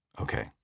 Okay